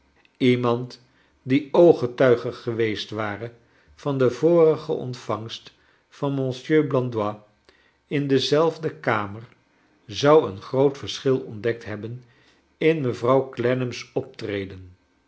iemand die ooggetuige geweest ware van de vorige ontvangst van monsieur blandois in deze zelfde kamer zou een groot verschil ontdekt hebben in mevrouw clennam's optreden